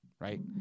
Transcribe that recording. right